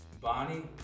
Bonnie